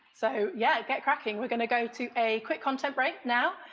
so yeah get cracking we're going to go to a quick content break now,